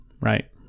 right